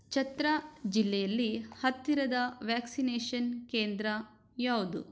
ಚತ್ರಾ ಜಿಲ್ಲೆಯಲ್ಲಿ ಹತ್ತಿರದ ವ್ಯಾಕ್ಸಿನೇಷನ್ ಕೇಂದ್ರ ಯಾವುದು